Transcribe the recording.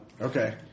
Okay